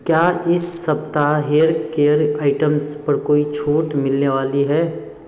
क्या इस सप्ताह हेयर केयर आइटम्स पर कोई छूट मिलने वाली है